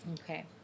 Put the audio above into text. Okay